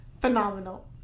Phenomenal